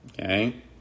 okay